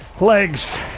legs